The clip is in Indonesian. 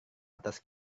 atas